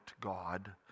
God